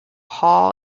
hall